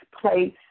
place